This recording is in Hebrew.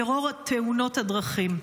טרור תאונות הדרכים,